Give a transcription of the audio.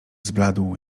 zbladł